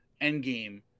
endgame